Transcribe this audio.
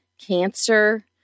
cancer